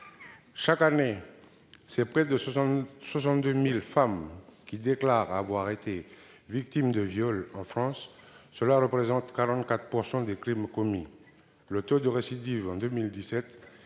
Chaque année, près de 62 000 femmes déclarent avoir été victimes de viol en France, ce qui représente 44 % des crimes commis. Le taux de récidive en 2017